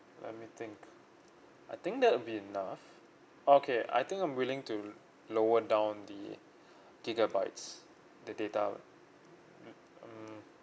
let me think I think that would be enough okay I think I'm willing to lower down the gigabytes the data lah mmhmm mm